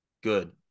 Good